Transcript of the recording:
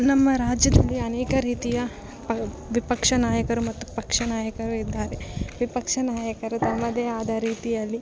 ನಮ್ಮ ರಾಜ್ಯದಲ್ಲಿ ಅನೇಕ ರೀತಿಯ ಪ ವಿಪಕ್ಷ ನಾಯಕರು ಮತ್ತು ಪಕ್ಷ ನಾಯಕರು ಇದ್ದಾರೆ ವಿಪಕ್ಷ ನಾಯಕರು ತಮ್ಮದೇ ಆದ ರೀತಿಯಲ್ಲಿ